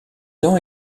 dents